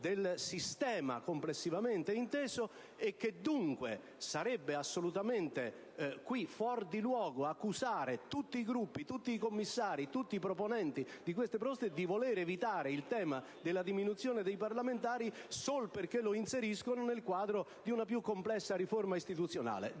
del sistema complessivamente inteso; dunque, sarebbe assolutamente qui fuor di luogo accusare tutti i Gruppi, tutti i commissari, tutti i proponenti di queste proposte di voler evitare il tema della diminuzione dei parlamentari sol perché lo inseriscono nel quadro di una più complessa riforma istituzionale.